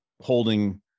holding